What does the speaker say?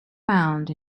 found